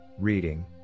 Reading